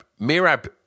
Mirab